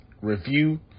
review